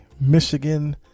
Michigan